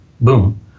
Boom